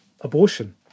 abortion